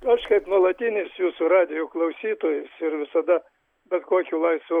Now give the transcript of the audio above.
aš kaip nuolatinis jūsų radijo klausytojus ir visada bet kokiu laisvu